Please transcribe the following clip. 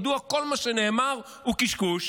מדוע כל מה שנאמר הוא קשקוש.